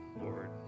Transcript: Lord